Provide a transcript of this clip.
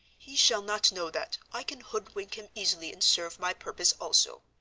he shall not know that i can hoodwink him easily, and serve my purpose also